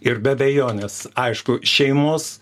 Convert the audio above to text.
ir be abejonės aišku šeimos